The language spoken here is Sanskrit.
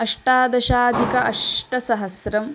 अष्टादशाधिक अष्टसहस्रम्